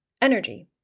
energy